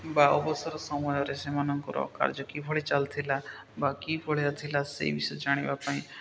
ବା ଅବସର ସମୟରେ ସେମାନଙ୍କର କାର୍ଯ୍ୟ କିଭଳି ଚାଲିଥିଲା ବା କିଭଳିଆ ଥିଲା ସେଇ ବିଷୟ ଜାଣିବା ପାଇଁ